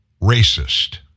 racist